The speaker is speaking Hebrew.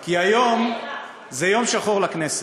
כי היום זה יום שחור לכנסת,